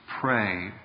pray